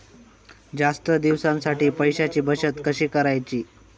जास्त दिवसांसाठी पैशांची बचत कशी करायची?